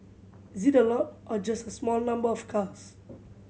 is it a lot or just a small number of cars